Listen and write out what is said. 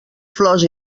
flors